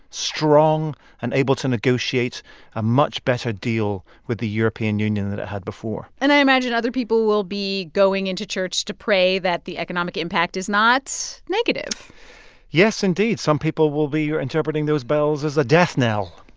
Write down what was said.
strong and able to negotiate a much better deal with the european union than it had before and i imagine other people will be going into church to pray that the economic impact is not negative yes, indeed. some people will be interpreting those bells as a death knell.